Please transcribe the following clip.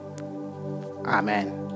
Amen